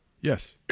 Yes